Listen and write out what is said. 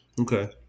Okay